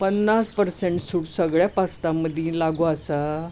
पन्नास पर्संट सूट सगळ्या पास्तां मदीं लागू आसा